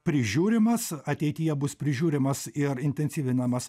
prižiūrimas ateityje bus prižiūrimas ir intensyvinamas